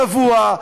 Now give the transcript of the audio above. קבוע,